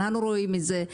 אנחנו רואים את זה.